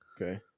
Okay